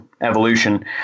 evolution